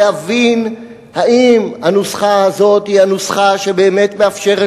להבין אם הנוסחה הזאת היא הנוסחה שבאמת מאפשרת